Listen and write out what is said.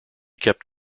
kept